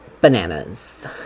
bananas